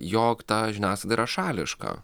jog tą žiniasklaida yra šališka